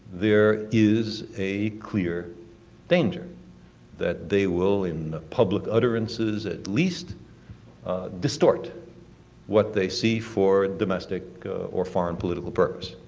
there is a clear danger that they will, in public utterances, at least distort what they see for domestic or foreign political purpose.